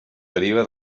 deriva